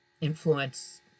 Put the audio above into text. influence